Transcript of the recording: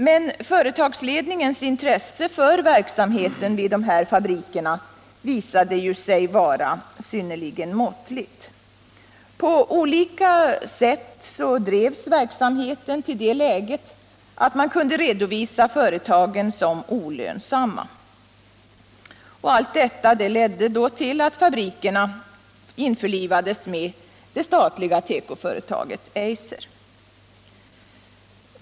Men företagsledningens intresse för verksamheten vid de här fabrikerna visade sig vara synnerligen måttligt. På olika sätt drevs verksamheten till det läget att man kunde redovisa företagen som olönsamma. Allt detta ledde till att fabrikerna införlivades med det statliga tekoföretaget Eiser.